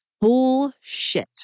Bullshit